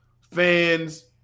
fans